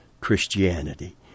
Christianity